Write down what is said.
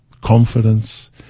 confidence